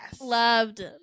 loved